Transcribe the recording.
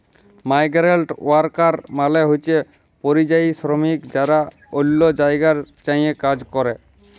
migrant worker মালে হছে পরিযায়ী শরমিক যারা অল্য জায়গায় যাঁয়ে কাজ ক্যরে